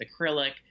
acrylic